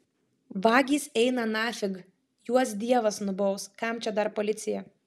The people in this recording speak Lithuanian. vagys eina nafig juos dievas nubaus kam čia dar policija